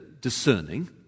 discerning